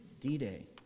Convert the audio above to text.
D-Day